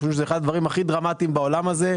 אנחנו חושבים שאחד הדברים הכי דרמטיים בעולם הזה,